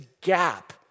gap